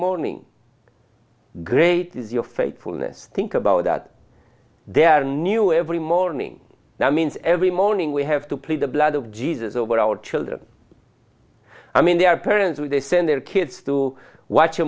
morning great is your faithfulness think about that there are new every morning that means every morning we have to play the blood of jesus over our children i mean their parents when they send their kids to watch a